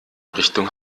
richtung